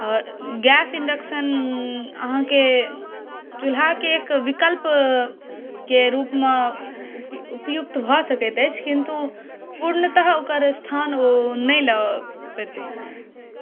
आओर gas induction अहाँके चुल्हाके एक विकल्पके रूपमे उप उपयुक्त भऽ सकैत अछि किन्तु पूर्णतः ओकर स्थान ओ नहि लऽ पएतै